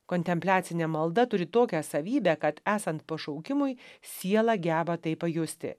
kontempliacinė malda turi tokią savybę kad esant pašaukimui siela geba tai pajusti